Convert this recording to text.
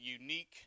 unique